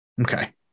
okay